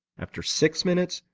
after six minutes,